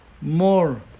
more